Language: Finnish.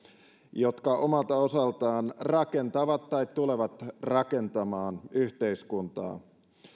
joka omalta osaltaan rakentaa tai tulee rakentamaan yhteiskuntaa